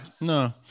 no